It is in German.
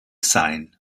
sein